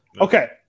okay